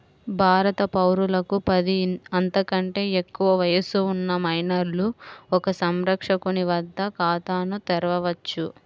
భారత పౌరులకు పది, అంతకంటే ఎక్కువ వయస్సు ఉన్న మైనర్లు ఒక సంరక్షకుని వద్ద ఖాతాను తెరవవచ్చు